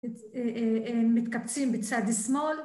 מתקבצים בצד השמאל.